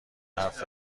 حرف